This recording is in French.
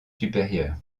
supérieur